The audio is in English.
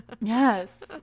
Yes